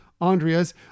Andrea's